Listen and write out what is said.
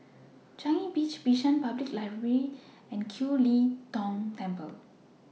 Changi Beach Bishan Public Library and Kiew Lee Tong Temple